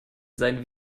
sein